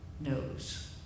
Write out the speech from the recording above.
knows